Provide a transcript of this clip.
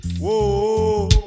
Whoa